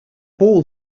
ball